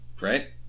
right